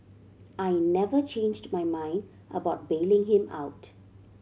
I never changed my mind about bailing him out